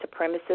supremacist